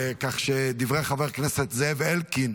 ותחזור לדיון בוועדת הכלכלה,